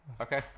Okay